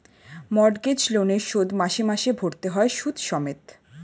mortgage লোনের শোধ মাসে মাসে ভরতে হয় সুদ সমেত